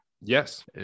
Yes